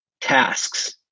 tasks